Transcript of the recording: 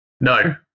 No